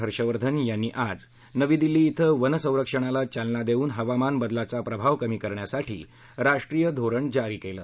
हर्षवर्धन यांनी आज नवी दिल्ली इथं वन संरक्षणाला चालना देऊन हवामान बदलाचा प्रभाव कमी करण्यासाठी राष्ट्रीय धोरण जारी केलं